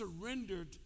surrendered